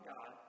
God